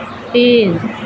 तीन